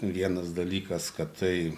vienas dalykas kad tai